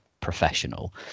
professional